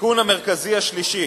התיקון המרכזי השלישי